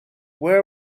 where